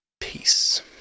Peace